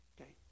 okay